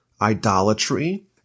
idolatry